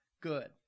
good